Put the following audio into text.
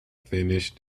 finished